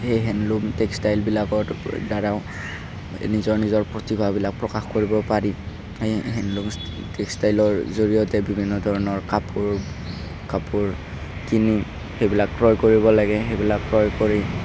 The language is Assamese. এই হেণ্ডলুম টেক্সটাইলবিলাকত দ্বাৰাও নিজৰ নিজৰ প্ৰতিভাবিলাক প্ৰকাশ কৰিব পাৰি এই হেণ্ডলুমচ টেক্সটাইলৰ জৰিয়তে বিভিন্ন ধৰণৰ কাপোৰ কাপোৰ কিনি সেইবিলাক ক্ৰয় কৰিব লাগে সেইবিলাক ক্ৰয় কৰি